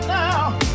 now